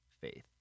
faith